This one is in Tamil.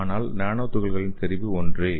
ஆனால் நானோ துகள்களின் செறிவு ஒன்றே